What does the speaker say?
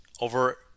over